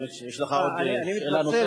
אני מבין שיש לך עוד שאלה נוספת.